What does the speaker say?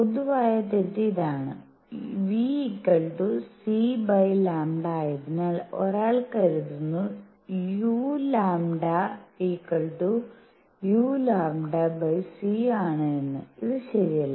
പൊതുവായ തെറ്റ് ഇതാണ് νc λ ആയതിനാൽ ഒരാൾ കരുതുന്നു uλ uλc ആണ് എന്ന് ഇത് ശരിയല്ല